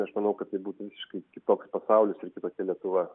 aš manau kad tai būtų visiškai kitoks pasaulis ir kitokia lietuva